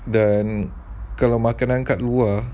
dan kalau makanan kat luar